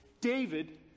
David